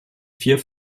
vier